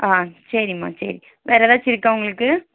ஆ சரிம்மா சரி வேறு எதாச்சும் இருக்கா உங்களுக்கு